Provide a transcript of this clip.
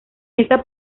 esta